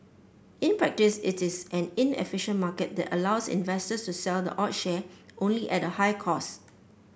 in practice it is an inefficient market that allows investors to sell the odd share only at a high cost